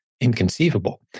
inconceivable